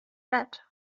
bat